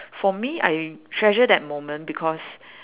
for me I treasure that moment because